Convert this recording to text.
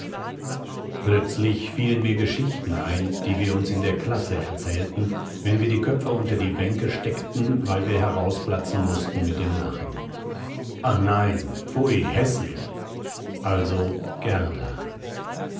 plötzlich fielen mir geschichten ein die wir uns in der klasse erzählten wenn wir die köpfe unter die bänke steckten weil wir herausplatzen mußten mit dem lachen ach nein pfui häßlich also gerda